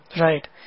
Right